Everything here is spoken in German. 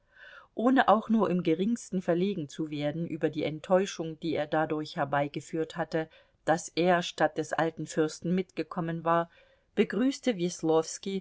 ohne auch nur im geringsten verlegen zu werden über die enttäuschung die er dadurch herbeigeführt hatte daß er statt des alten fürsten mitgekommen war begrüßte